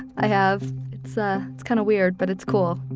ah have. it's a it's kind of weird, but it's cool.